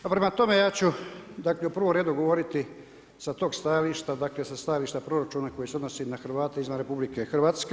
Prema tome, ja ću u prvom redu govoriti sa tog stajališta, dakle, sa stajališta proračuna koji se odnosi na Hrvate izvan RH.